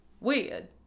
Weird